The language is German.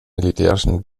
militärischen